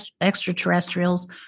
extraterrestrials